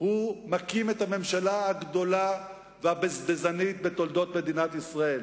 הוא מקים את הממשלה הגדולה והבזבזנית בתולדות מדינת ישראל.